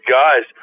guys